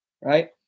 right